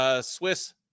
Swiss